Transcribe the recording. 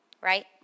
right